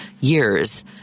years